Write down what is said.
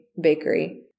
Bakery